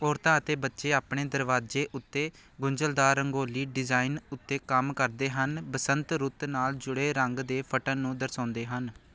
ਔਰਤਾਂ ਅਤੇ ਬੱਚੇ ਆਪਣੇ ਦਰਵਾਜ਼ੇ ਉੱਤੇ ਗੁੰਝਲਦਾਰ ਰੰਗੋਲੀ ਡਿਜ਼ਾਈਨ ਉੱਤੇ ਕੰਮ ਕਰਦੇ ਹਨ ਬਸੰਤ ਰੁੱਤ ਨਾਲ ਜੁੜੇ ਰੰਗ ਦੇ ਫਟਣ ਨੂੰ ਦਰਸਾਉਂਦੇ ਹਨ